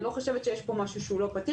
ואני לא חושבת שיש פה משהו שהוא לא פתיר.